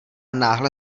náhle